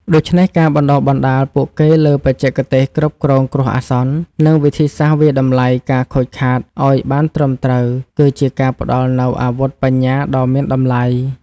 ដូច្នេះការបណ្តុះបណ្តាលពួកគេលើបច្ចេកទេសគ្រប់គ្រងគ្រោះអាសន្ន និងវិធីសាស្ត្រវាយតម្លៃការខូចខាតឱ្យបានត្រឹមត្រូវ គឺជាការផ្តល់នូវអាវុធបញ្ញាដ៏មានតម្លៃ។